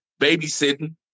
babysitting